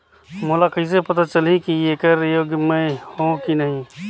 मोला कइसे पता चलही की येकर योग्य मैं हों की नहीं?